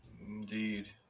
Indeed